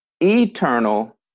eternal